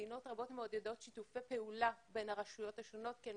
מדינות רבות מעודדות שיתופי פעולה בין הרשויות השונות כי הן